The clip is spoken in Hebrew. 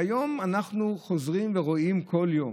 היום אנחנו חוזרים ורואים כל יום,